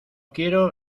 quiero